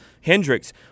Hendricks